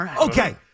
Okay